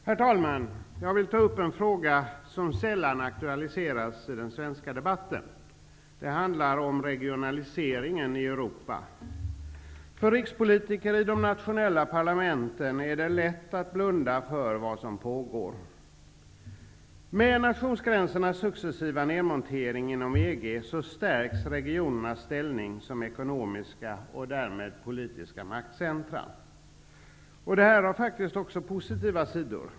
Herr talman! Jag vill ta upp en fråga som sällan aktualiseras i den svenska debatten. Det handlar om regionaliseringen i Europa. För rikspolitiker i de nationella parlamenten är det lätt att blunda för vad som pågår. Med nationsgränsernas successiva nedmontering inom EG stärks regionernas ställning som ekonomiska och därmed politiska maktcentrum. Det har faktiskt också positiva sidor.